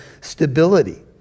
stability